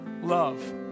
love